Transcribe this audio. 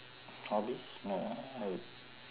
hobbies no I'll